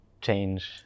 change